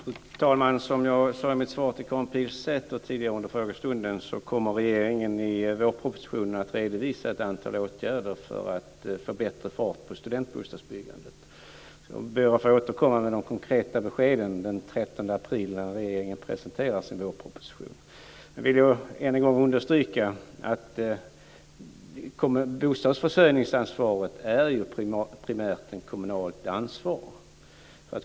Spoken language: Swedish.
Fru talman! Som jag sade i mitt svar till Karin Pilsäter tidigare under frågestunden kommer regeringen i vårpropositionen att redovisa ett antal åtgärder för att få bättre fart på studentbostadsbyggandet. Jag ber att få återkomma med de konkreta beskeden den Jag vill än en gång understryka att bostadsförsörjningsansvaret primärt är ett kommunalt ansvar.